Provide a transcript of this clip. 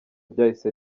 ryahise